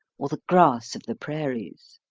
or the grass of the prairies.